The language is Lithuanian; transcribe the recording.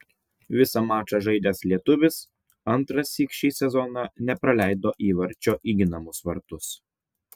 visą mačą žaidęs lietuvis antrąsyk šį sezoną nepraleido įvarčio į ginamus vartus